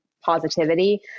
positivity